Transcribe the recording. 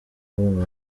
mbungo